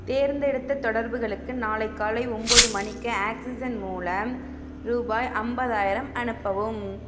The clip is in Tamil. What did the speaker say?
தேர்ந்தெடுத்த தொடர்புகளுக்கு நாளை காலை ஒம்போது மணிக்கு ஆக்ஸிஜன் மூலம் ரூபாய் ஐம்பதாயிரம் அனுப்பவும்